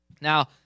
Now